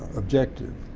objective.